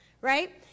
right